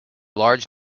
large